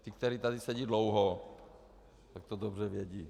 Ti, kteří tady sedí dlouho, to dobře vědí.